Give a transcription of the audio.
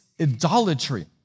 idolatry